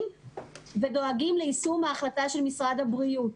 ודואגים ליישום החלטת משרד הבריאות.